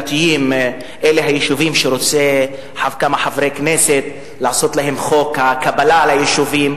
צריך למצוא מנגנון של קבלה לאוניברסיטאות שיאתר את